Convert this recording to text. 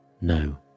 No